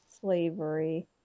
slavery